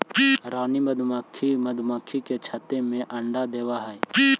रानी मधुमक्खी मधुमक्खी के छत्ते में अंडा देवअ हई